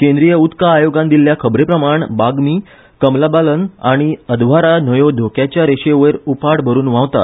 केंद्रीय उदका आयोगान दिल्ले खबरे प्रमाण बागमती कमलाबालन आनी अधवारा न्हंयो धोक्याच्या शिमे वयर उपाट भरून व्हांवतात